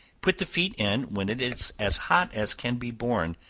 put the feet in when it is as hot as can be borne,